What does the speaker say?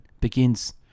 begins